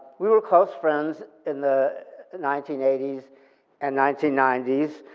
we were close friends in the nineteen eighty s and nineteen ninety s.